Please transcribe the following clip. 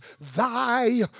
thy